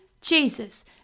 Jesus